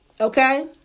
Okay